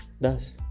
thus